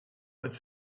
that